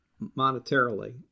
monetarily